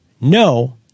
No